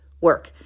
work